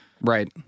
right